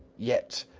yet,